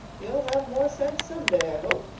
you'll have more sense some day, i hope,